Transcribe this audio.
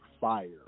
fire